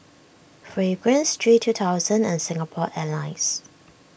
Fragrance G two thousand and Singapore Airlines